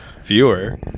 viewer